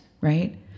Right